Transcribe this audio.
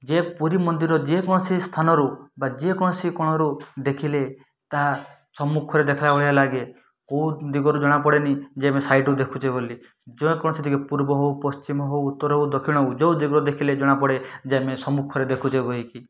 ଯେ ପୁରୀ ମନ୍ଦିର ଯେକୌଣସି ସ୍ଥାନରୁ ବା ଯେକୌଣସି କୋଣରୁ ଦେଖିଲେ ତାହା ସମ୍ମୁଖରେ ଦେଖାଗଲା ଭଳିଆ ଲାଗେ କେଉଁ ଦିଗରୁ ଜଣାପଡ଼େନି ଯେ ଆମେ ସାଇଡ଼ରୁ ଦେଖୁଛେ ବୋଲି ଯେକୌଣସି ଦିଗ ପୂର୍ବ ହଉ ପଶ୍ଚିମ ହଉ ଉତ୍ତର ହଉ ଦକ୍ଷିଣ ହଉ ଯେଉଁ ଦିଗରୁ ଦେଖିଲେ ଜଣାପଡ଼େ ଯେ ଆମେ ସମ୍ମୁଖରେ ଦେଖୁଛେ